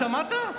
שמעת?